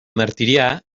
martirià